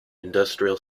industrial